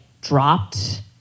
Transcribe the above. dropped